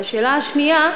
והשאלה השנייה: